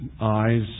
eyes